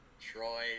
Troy